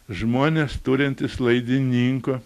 žmonės turintys laidininko